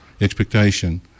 expectation